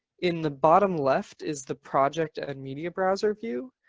in the bottom left is the project and media browser view.